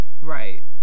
Right